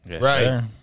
Right